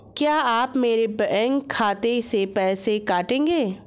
क्या आप मेरे बैंक खाते से पैसे काटेंगे?